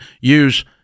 use